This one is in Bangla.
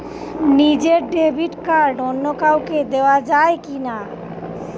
নিজের ডেবিট কার্ড অন্য কাউকে দেওয়া যায় কি না?